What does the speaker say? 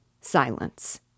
Silence